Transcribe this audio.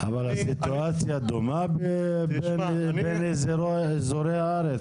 אבל הסיטואציה דומה בין אזורי הארץ?